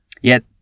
Yet